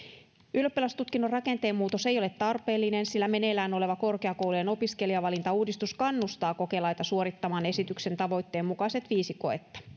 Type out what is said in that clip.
ylioppilastutkinnon rakenteen muutos ei ole tarpeellinen sillä meneillään oleva korkeakoulujen opiskelijavalintauudistus kannustaa kokelaita suorittamaan esityksen tavoitteen mukaiset viisi koetta